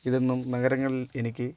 ഇതൊന്നും നഗരങ്ങളിൽ എനിക്ക്